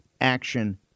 action